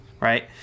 right